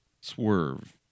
Swerve